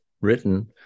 written